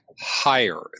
higher